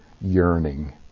yearning